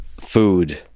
food